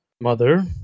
mother